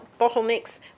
bottlenecks